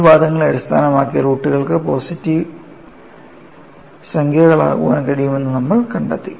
ഈ വാദങ്ങളെ അടിസ്ഥാനമാക്കി റൂട്ടുകൾക്ക് പോസിറ്റീവ് സംഖ്യകളാകാൻ കഴിയുമെന്ന് നമ്മൾ കണ്ടെത്തി